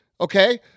okay